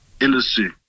industry